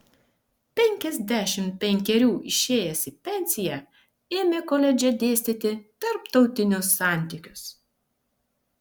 penkiasdešimt penkerių išėjęs į pensiją ėmė koledže dėstyti tarptautinius santykius